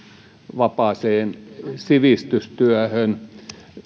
vapaaseen sivistystyöhön